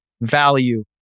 value